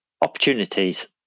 opportunities